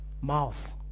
mouth